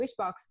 Wishbox